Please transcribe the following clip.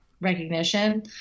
recognition